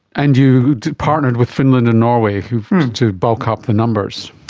and you partnered with finland and norway to bulk up the numbers.